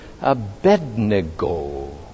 Abednego